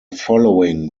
following